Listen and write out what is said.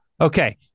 okay